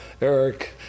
Eric